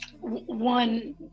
one